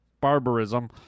barbarism